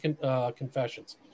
confessions